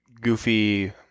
goofy